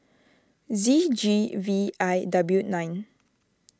Z G V I W nine